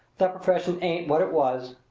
the profession ain't what it was.